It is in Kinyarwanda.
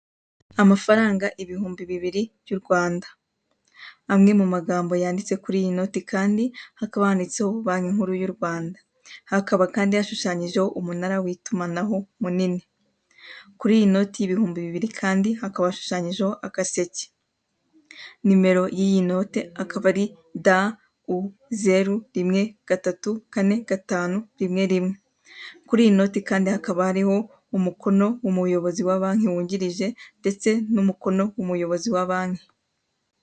Amafaranga ibihumbi bibiri by,u Rwanda amwe mumagambo yanditse kuriyi note kandi hakaba handitseho banki kuru yu Rwanda hakaba kandi hashushanyijeho umunara witumanaho munini kuriyi note y,ibihumbi bibiri hakaba hashushanyijeho agaseke nimero yiyi note ikaba ari D,U ,zero, rimwe, gatatu, kane, gatanu, rimwe, rimwe, kuriyi note hakaba hariho umukono w,umuyobozi wa banki ndetse numuyobozi wa banki.